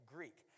Greek